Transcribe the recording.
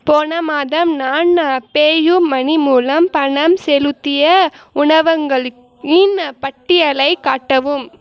போன மாதம் நான் பேயூமனி மூலம் பணம் செலுத்திய உணவகங்களின் பட்டியலைக் காட்டவும்